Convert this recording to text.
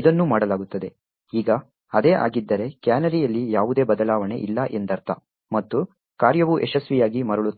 ಇದನ್ನು ಮಾಡಲಾಗುತ್ತದೆ ಈಗ ಅದೇ ಆಗಿದ್ದರೆ ಕ್ಯಾನರಿಯಲ್ಲಿ ಯಾವುದೇ ಬದಲಾವಣೆ ಇಲ್ಲ ಎಂದರ್ಥ ಮತ್ತು ಕಾರ್ಯವು ಯಶಸ್ವಿಯಾಗಿ ಮರಳುತ್ತದೆ